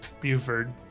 Buford